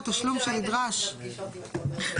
מה שמופיע פה בסעיף קטן (ה)